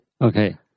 Okay